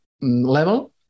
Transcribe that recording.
level